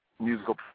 musical